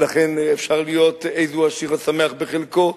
ולכן אפשר להיות "איזהו עשיר, השמח בחלקו".